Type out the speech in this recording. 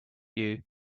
you